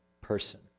person